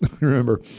Remember